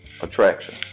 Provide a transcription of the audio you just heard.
attraction